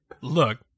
look